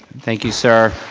thank you, sir.